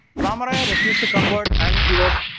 rama raya refuse to convert and he was